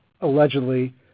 allegedly